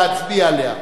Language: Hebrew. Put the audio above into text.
להצביע עליה.